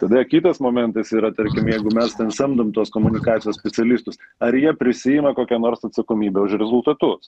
tada kitas momentas yra tarkim jeigu mes ten samdom tuos komunikacijos specialistus ar jie prisiima kokią nors atsakomybę už rezultatus